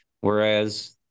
Whereas